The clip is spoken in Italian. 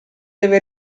deve